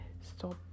Stop